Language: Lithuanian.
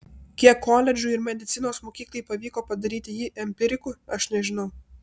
kiek koledžui ir medicinos mokyklai pavyko padaryti jį empiriku aš nežinau